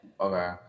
Okay